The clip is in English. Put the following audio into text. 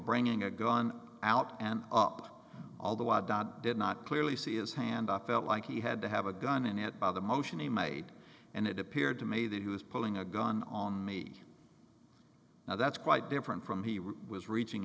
bringing a gun out and up although i did not clearly see is hand i felt like he had to have a gun and yet by the motion he made and it appeared to me that he was pulling a gun on me now that's quite different from he really was reaching